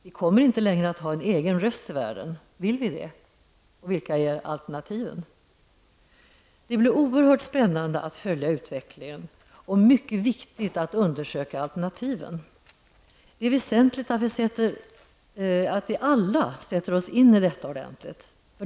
Vi kommer inte längre att ha en egen röst i världen. Vill vi det? Vilka är alternativen? Det blir oerhört spännande att följa utvecklingen och mycket viktigt att undersöka alternativen. Det är väsentligt att vi alla sätter oss in i detta ordentligt.